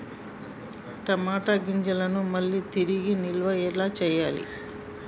టమాట గింజలను మళ్ళీ తిరిగి నిల్వ ఎలా చేయాలి?